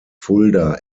fulda